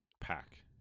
pack